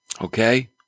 Okay